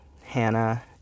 Hannah